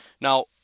Now